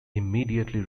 immediately